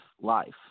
life